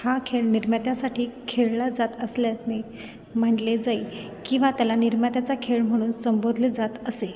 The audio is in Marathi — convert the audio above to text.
हा खेळ निर्मात्यासाठी खेळला जात असल्याने म्हटले जाई किंवा त्याला निर्मात्याचा खेळ म्हणून संबोधले जात असे